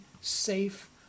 safe